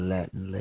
Latin